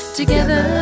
together